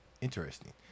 Interesting